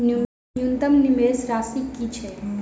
न्यूनतम निवेश राशि की छई?